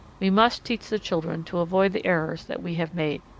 we must teach the children to avoid the errors that we have made.